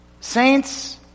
Saints